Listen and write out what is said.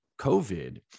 COVID